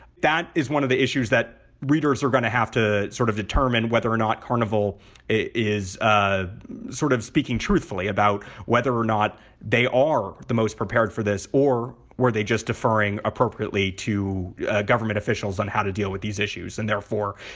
that is one of issues that readers are going to have to sort of determine whether or not carnival is ah sort of speaking truthfully about whether or not they are the most prepared for this or were they just deferring appropriately to government officials on how to deal with these issues. and therefore,